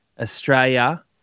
Australia